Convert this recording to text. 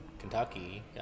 Kentucky